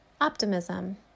optimism